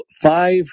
five